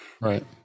right